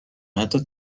حتی